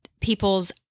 people's